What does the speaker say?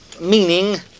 meaning